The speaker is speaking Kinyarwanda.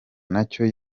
nacyo